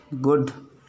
good